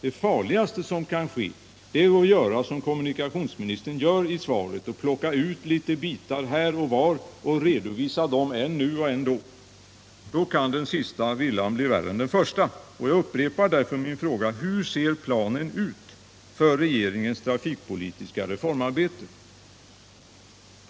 Det farligaste i det här läget är att göra som kommunikationsministern gör i svaret: plocka ut några bitar här och var och redovisa en nu och en då. Då kan den sista villan bli värre än den första. Jag upprepar därför min fråga: Hur ser planen ut för regeringens trafikpolitiska reformarbete?